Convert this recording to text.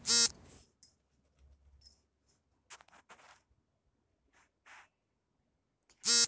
Debit card ಗಳನ್ನು ಬಳಸುವುದರ ಅನಾನುಕೂಲಗಳು ಏನು?